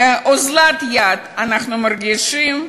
אוזלת יד אנחנו מרגישים,